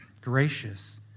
gracious